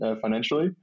financially